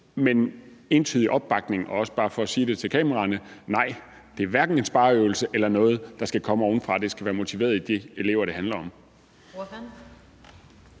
en entydig opbakning – også bare for at sige det til kameraerne – til, at det hverken er en spareøvelse eller noget, der skal komme ovenfra, men at det skal være motiveret i de elever, det handler om.